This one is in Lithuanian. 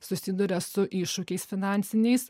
susiduria su iššūkiais finansiniais